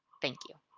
thank you.